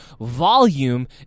volume